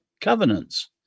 covenants